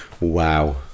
Wow